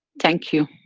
thank you.